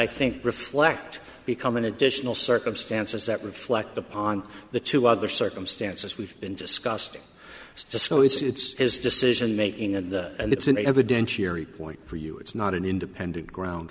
i think reflect become an additional circumstances that reflect upon the two other circumstances we've been discussing cisco it's his decision making and and it's an evidentiary point for you it's not an independent ground